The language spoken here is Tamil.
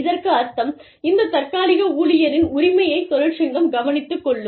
இதற்கு அர்த்தம் இந்த தற்காலிக ஊழியரின் உரிமையைத் தொழிற்சங்கம் கவனித்துக்கொள்ளும்